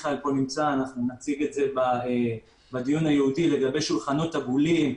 יציגו בדיון הייעודי את השולחנות העגולים,